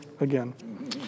again